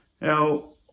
Now